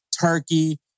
Turkey